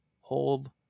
hold